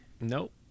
Nope